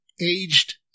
aged